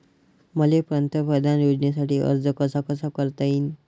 मले पंतप्रधान योजनेसाठी अर्ज कसा कसा करता येईन?